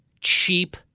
cheap